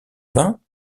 vin